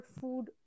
food